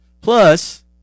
Plus